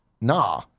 nah